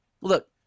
look